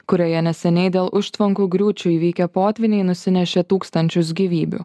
kurioje neseniai dėl užtvankų griūčių įvykę potvyniai nusinešė tūkstančius gyvybių